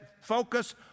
focus